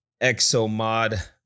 exomod